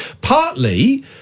Partly